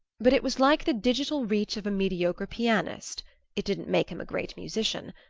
but it was like the digital reach of a mediocre pianist it didn't make him a great musician.